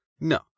No